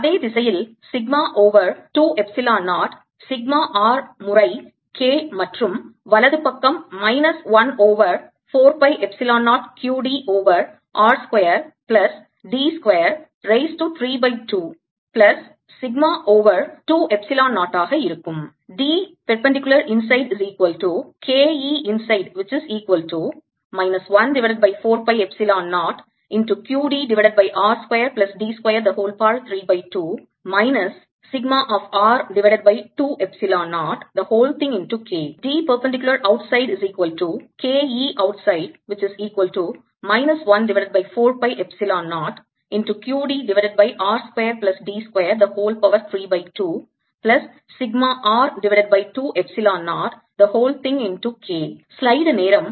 அதே திசையில் sigma over 2 epsilon 0 sigma r முறை K மற்றும் வலது பக்கம் minus 1 over 4 pi epsilon 0 q d over r square plus d square raise to 3 by வகுத்தல் 2 பிளஸ் சிக்மா ஓவர் 2 எப்சிலான் 0 ஆக இருக்கும்